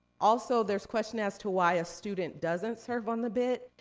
also, there's question as to why a student doesn't serve on the bit,